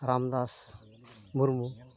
Ramdas Murmu